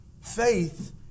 Faith